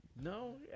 No